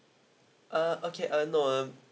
uh okay uh no um